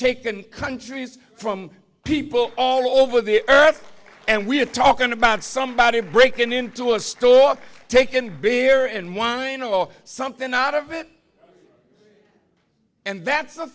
taken countries from people all over the earth and we're talking about somebody breaking into a store taken beer and wine or something out of it and that's